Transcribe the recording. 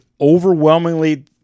overwhelmingly